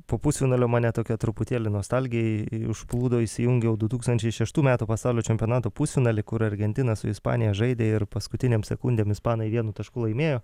po pusfinalio mane tokia truputėlį nostalgija užplūdo įsijungiau du tūkstančiai šeštų metų pasaulio čempionato pusfinalį kur argentina su ispanija žaidė ir paskutinėm sekundėm ispanai vienu tašku laimėjo